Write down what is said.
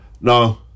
No